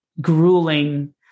grueling